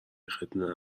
ختنه